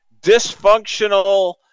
dysfunctional